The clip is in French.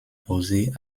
rosée